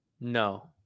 No